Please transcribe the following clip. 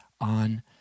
on